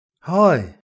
Hi